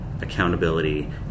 accountability